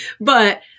But-